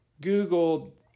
Google